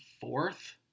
fourth